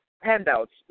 handouts